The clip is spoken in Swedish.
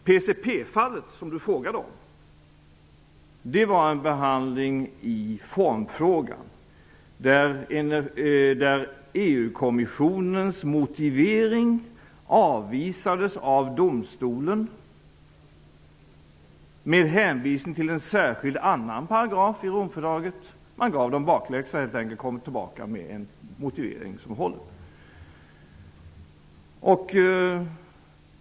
PCP-fallet, som Gudrun Schyman frågade om, var en behandling i formfrågan, där EU kommissionens motivering avvisades av domstolen med hänvisning till en annan, särskild paragraf i Romfördraget. Man gav helt enkelt EU kommissionen bakläxa: Kom tillbaka med en motivering som håller!